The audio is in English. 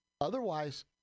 otherwise